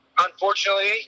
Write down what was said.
unfortunately